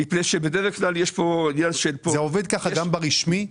זה עובד ככה גם ברשמי?